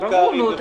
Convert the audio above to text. מלכ"רים וכו',